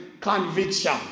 conviction